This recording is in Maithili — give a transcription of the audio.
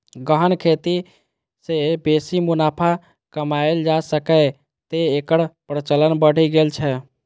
गहन खेती सं बेसी मुनाफा कमाएल जा सकैए, तें एकर प्रचलन बढ़ि गेल छै